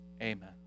Amen